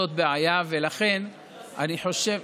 ולכן אני חושב,